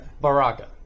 Baraka